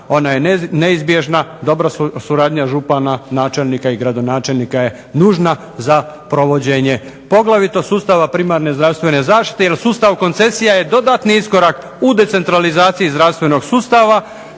ona je neizbježna, dobra suradnja župana, načelnika i gradonačelnika je nužna za provođenje poglavito sustava primarne zdravstvene zaštite, jer sustav koncesija je dodatni iskorak u decentralizaciji zdravstvenog sustava